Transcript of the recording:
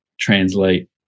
translate